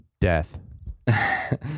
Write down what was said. Death